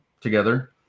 together